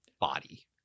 body